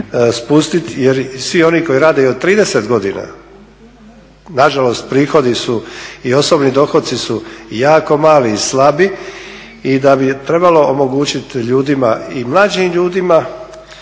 spustiti jer svi oni koji rade i od 30 godina nažalost prihodi su i osobni dohoci su jako mali i slabi i da bi trebalo omogućiti ljudima i mlađim ljudima